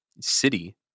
city